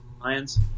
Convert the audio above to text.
Lions